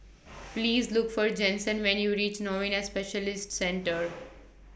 Please Look For Jensen when YOU REACH Novena Specialist Centre